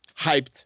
hyped